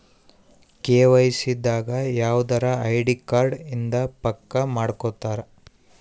KYC ದಾಗ ಯವ್ದರ ID card ಇಂದ ಪಕ್ಕ ಮಾಡ್ಕೊತರ